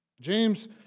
James